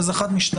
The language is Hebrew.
אז אחד משניים,